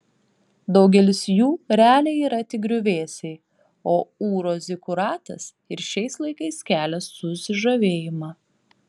daugelis jų realiai yra tik griuvėsiai o ūro zikuratas ir šiais laikais kelia susižavėjimą